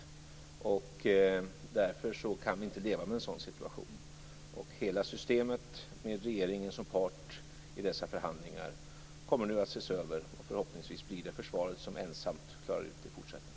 Därför kan vi inte leva med en sådan situation. Hela systemet med regeringen som part i dessa förhandlingar kommer nu att ses över. Förhoppningsvis blir det försvaret som ensamt kommer att klara ut detta i fortsättningen.